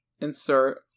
insert